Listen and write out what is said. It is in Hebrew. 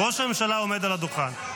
ראש הממשלה עומד על הדוכן.